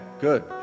good